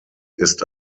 ist